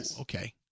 okay